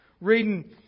Reading